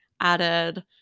added